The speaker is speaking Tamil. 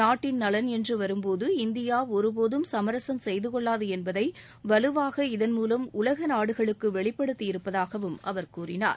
நாட்டின் நலன் என்று வரும்போது இந்தியா ஒருபோதும் சமரசம் செய்து கொள்ளாது என்பதை வலுவாக இதன்மூலம் உலக நாடுகளுக்கு வெளிப்படுத்தியிருப்பதாகவும் அவர் கூறினார்